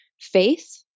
faith